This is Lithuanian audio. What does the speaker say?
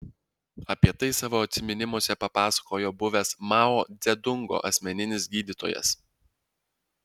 apie tai savo atsiminimuose papasakojo buvęs mao dzedungo asmeninis gydytojas